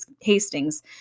Hastings